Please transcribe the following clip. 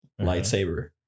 lightsaber